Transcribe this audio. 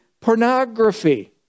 Pornography